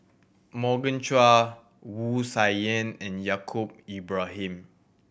Morgan Chua Wu Tsai Yen and Yaacob Ibrahim